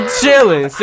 chilling